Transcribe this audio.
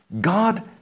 God